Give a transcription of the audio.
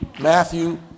Matthew